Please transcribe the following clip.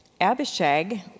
Abishag